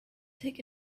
take